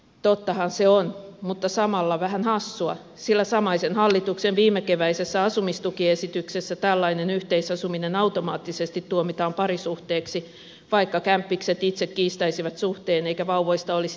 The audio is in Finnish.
tottahan se on mutta samalla vähän hassua sillä samaisen hallituksen viimekeväisessä asumistukiesityksessä tällainen yhteisasuminen automaattisesti tuomitaan parisuhteeksi vaikka kämppikset itse kiistäisivät suhteen eikä vauvoista olisi tietoakaan